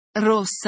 rossa